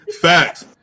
Facts